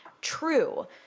true